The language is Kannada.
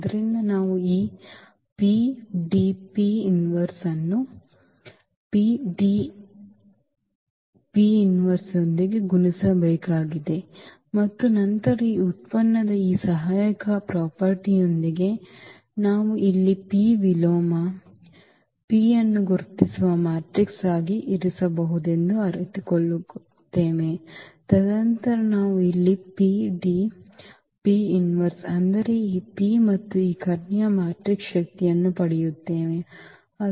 ಆದ್ದರಿಂದ ನಾವು ಈ ಅನ್ನು ಯೊಂದಿಗೆ ಗುಣಿಸಬೇಕಾಗಿದೆ ಮತ್ತು ನಂತರ ಈ ಉತ್ಪನ್ನದ ಈ ಸಹಾಯಕ ಆಸ್ತಿಯೊಂದಿಗೆ ನಾವು ಇಲ್ಲಿ ಈ P ವಿಲೋಮ P ಅನ್ನು ಗುರುತಿಸುವ ಮ್ಯಾಟ್ರಿಕ್ಸ್ ಆಗಿ ಇರಿಸಬಹುದೆಂದು ಅರಿತುಕೊಳ್ಳುತ್ತೇವೆ ತದನಂತರ ನಾವು ಇಲ್ಲಿ ಅಂದರೆ ಈ P ಮತ್ತು ಈ ಕರ್ಣೀಯ ಮ್ಯಾಟ್ರಿಕ್ಸ್ನ ಶಕ್ತಿಯನ್ನು ಪಡೆಯುತ್ತೇವೆ